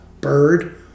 Bird